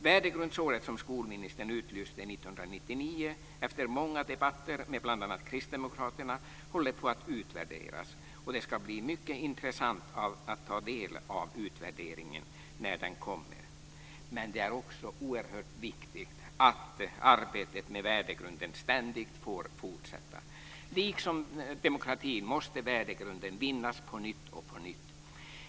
Värdegrundsåret som skolministern utlyste 1999, efter många debatter med bl.a. kristdemokraterna, håller på att utvärderas, och det ska bli mycket intressant att ta del av utvärderingen när den kommer. Men det är också oerhört viktigt att arbetet med värdegrunden ständigt får fortsätta. Liksom demokratin måste värdegrunden vinnas på nytt och på nytt.